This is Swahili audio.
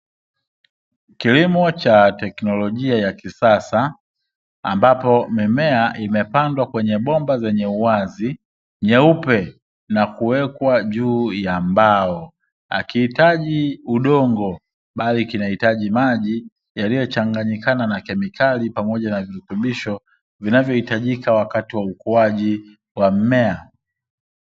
Kilimo cha teknolojia ya kisasa ambapo mimea imepandwa kwenye bomba zenye uwazi nyeupe na kuwekwa juu ya mbao. Hakihitaji udongo bali kinahitaji maji yaliyochanganyikana na kemikali pamoja na virutubisho vinavyohitajika wakati wa ukuaji wa mmea.